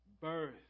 Birth